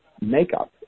makeup